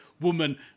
woman